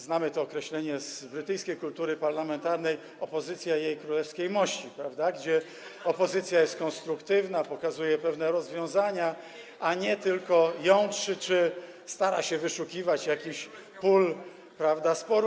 Znamy to określenie z brytyjskiej kultury parlamentarnej: opozycja Jej Królewskiej Mości, gdzie opozycja jest konstruktywna, [[Wesołość na sali]] pokazuje pewne rozwiązania, a nie tylko jątrzy czy stara się wyszukiwać jakieś pola sporu.